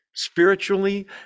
spiritually